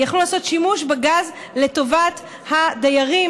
יכלו לעשות שימוש בגז לטובת הדיירים,